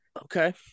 Okay